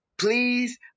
Please